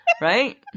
right